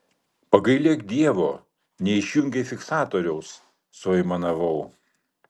pagailėk dievo neišjungei fiksatoriaus suaimanavau